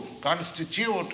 constitute